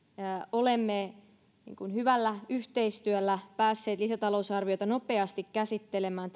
olemme hyvällä yhteistyöllä päässeet lisätalousarviota nopeasti käsittelemään